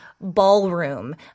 ballroom